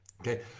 Okay